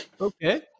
Okay